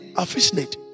affectionate